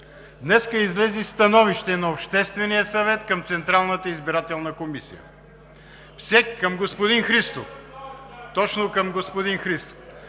Днес излезе становище на Обществения съвет към Централната избирателна комисия. (Реплики от ГЕРБ.) Точно към господин Христов